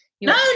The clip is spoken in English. no